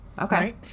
Okay